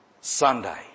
Sunday